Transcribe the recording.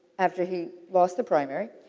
after he lost the primary,